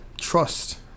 trust